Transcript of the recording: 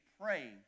praying